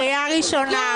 קריאה ראשונה.